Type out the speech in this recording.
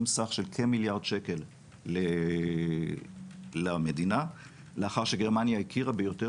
סך של כמיליארד שקל למדינה לאחר שגרמניה הכירה ביותר